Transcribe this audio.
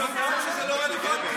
אני לא אירגע.